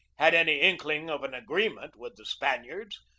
had any inkling of an agreement with the spaniards,